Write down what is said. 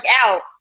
out